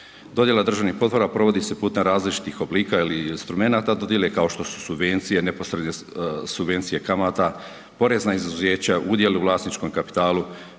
Dodjela državnih potpora provodi se putem različitih oblika ili instrumenata dodjele kao što su subvencije, neposredne subvencije kamata, porezna izuzeća, udjela u vlasničkom kapitalu,